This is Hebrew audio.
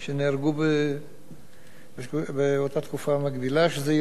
שזו ירידה של 21%. זה נשמע יפה,